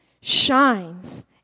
shines